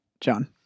John